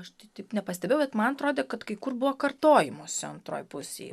aš tai taip nepastebėjau bet man atrodė kad kai kur buvo kartojimosi antroj pusėj